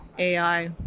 AI